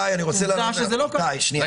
עובדה שזה לא קרה.